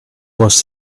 was